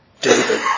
David